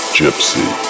gypsy